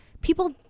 people